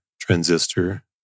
Transistor